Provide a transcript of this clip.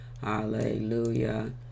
Hallelujah